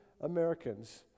Americans